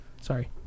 Sorry